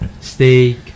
steak